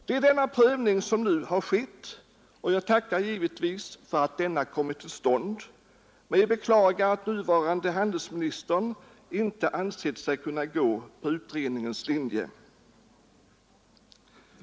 Det är denna prövning som nu har skett, och jag tackar givetvis för att denna kommit till stånd, men jag beklagar att nuvarande handelsministern inte ansett sig kunna gå på utredningens linje.